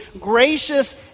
gracious